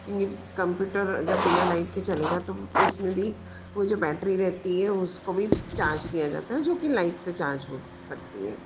क्योंकि कम्प्यूटर अगर बिना लाइट के चलेगा तो उस में भी वो जो बैटरी रहती है उसको भी चार्ज किया जाता है जो कि लाइट से चार्ज हो सकती है